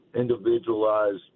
individualized